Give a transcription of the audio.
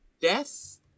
death